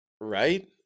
right